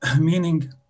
meaning